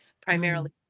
Primarily